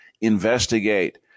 Investigate